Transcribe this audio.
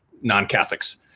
non-Catholics